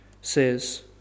says